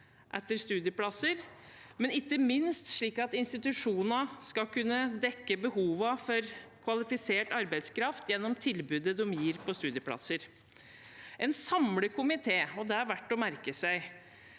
etter studieplasser, men ikke minst slik at institusjonene skal kunne dekke behovene for kvalifisert arbeidskraft gjennom tilbudet de gir på studieplasser. En samlet komité – og det er verdt å merke seg